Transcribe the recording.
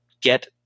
get